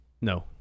No